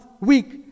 week